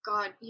God